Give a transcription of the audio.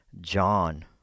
John